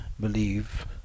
believe